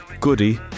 Goody